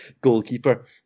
goalkeeper